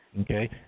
Okay